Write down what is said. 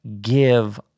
give